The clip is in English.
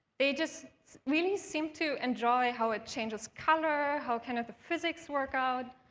they just really seemed to enjoy how it changes colors, how kind of the physics work out.